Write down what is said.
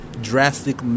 drastic